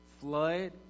flood